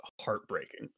heartbreaking